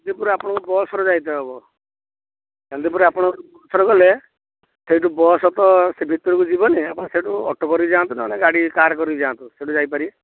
ଯେ ପୂରା ଆପଣଙ୍କୁ ବସ୍ରେ ଯାଇତେ ହବ ଚାନ୍ଦିପୁର ଆପଣ ବସ୍ରେ ଗଲେ ସେଉଠୁ ବସ୍ ତ ସେ ଭିତରକୁ ଯିବନି ଆପଣ ସେଠୁ ଅଟୋ କରିକି ଯାଆନ୍ତୁ ନହେଲେ ଗାଡ଼ି କାର୍ କରିକି ଯାଆନ୍ତୁ ସେଠୁ ଯାଇପାରିବେ